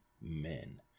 men